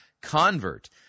convert